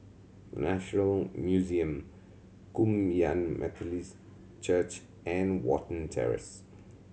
National Museum Kum Yan Methodist Church and Watten Terrace